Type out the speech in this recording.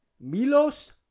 Milos